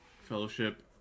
Fellowship